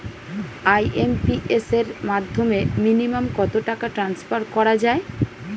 IMPS এর মাধ্যমে minimum কত টাকা ট্রান্সফার করা যায়?